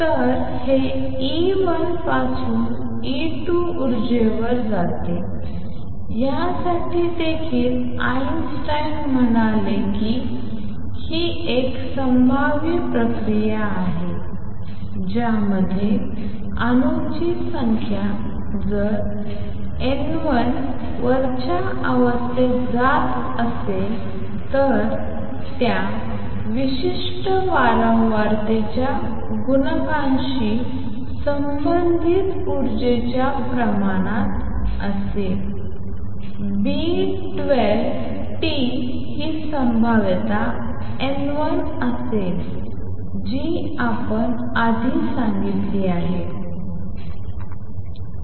तर हे E1 पासून E2 ऊर्जेवर जाते यासाठी देखील आइन्स्टाईन म्हणाले की ही एक संभाव्य प्रक्रिया आहे ज्यामध्ये अणूंची संख्या जर N1 वरच्या अवस्थेत जात असेल तर त्या विशिष्ट वारंवारतेच्या गुणांकाशी संबंधित उर्जेच्या प्रमाणात असेल B12 t ही संभाव्यता N1 असेल जे आपण आधी सांगितले आहे